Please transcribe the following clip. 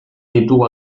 ditugu